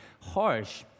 harsh